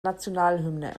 nationalhymne